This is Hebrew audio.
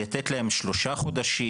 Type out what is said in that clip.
לתת להם שלושה חודשים,